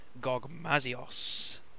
Gogmazios